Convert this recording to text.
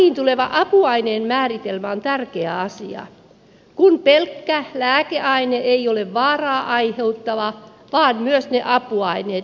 lakiin tuleva apuaineen määritelmä on tärkeä asia kun pelkkä lääkeaine ei ole vaaraa aiheuttava vaan myös ne apuaineet